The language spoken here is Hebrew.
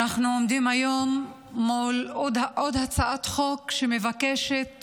אנחנו עומדים היום מול עוד הצעת חוק שמבקשת